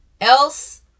else